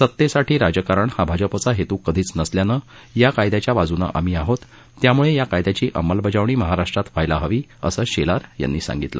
सत्तेसाठी राजकारण हा भाजपचा हेतू कधीच नसल्यानं या कायद्याच्या बाजूने आम्ही आहोत त्यामुळे या कायद्याची अंमलबजावणी महाराष्ट्रात व्हायला हवी असं शेलार यांनी सांगितलं